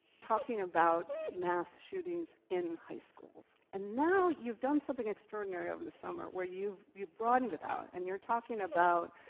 talking about mass shootings in high schools. and now you've done something extraordinary over the summer where you've you've broadened it out, and you're talking about